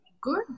Good